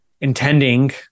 intending